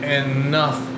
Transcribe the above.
enough